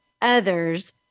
others